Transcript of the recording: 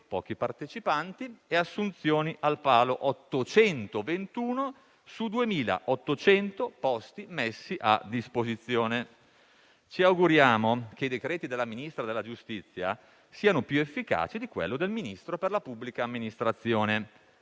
pochi partecipanti e assunzioni al palo, 821 su 2.800 posti messi a disposizione. Ci auguriamo che i decreti della Ministra della giustizia siano più efficaci di quello del Ministro per la pubblica amministrazione,